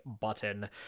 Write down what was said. button